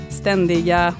ständiga